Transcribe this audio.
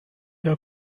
der